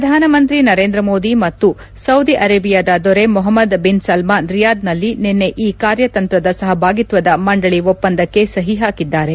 ಶ್ರಧಾನಮಂತ್ರಿ ನರೇಂದ್ರ ಮೋದಿ ಮತ್ತು ಸೌದಿ ಅರೇಬಿಯಾದ ದೊರೆ ಮೊಹಮ್ನದ್ ಬಿನ್ ಸಲ್ಲಾನ್ ರಿಯಾದ್ನಲ್ಲಿ ನಿನ್ನೆ ರಾತ್ರಿ ಕಾರ್ಯತಂತ್ರದ ಸಹಭಾಗಿತ್ವದ ಮಂಡಳಿ ಒಪ್ಪಂದಕ್ಕೆ ಸಹಿ ಹಾಕಿದ್ದಾರೆ